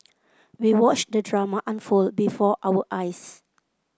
we watched the drama unfold before our eyes